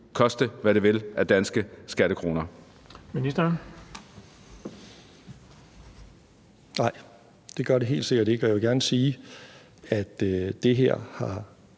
koste, hvad det vil, af danske skattekroner?